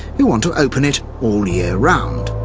who want to open it all year round,